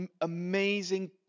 amazing